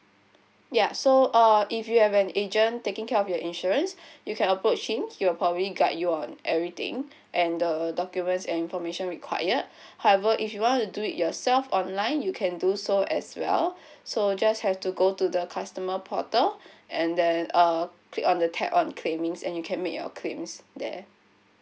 ya so uh if you have an agent taking care of your insurance you can approach him he'll probably guide you on everything and the documents and information required however if you want to do it yourself online you can do so as well so just have to go to the customer portal and then uh click on the tab on claims and you can make your claims there